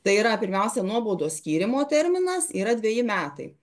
tai yra pirmiausia nuobaudos skyrimo terminas yra dveji metai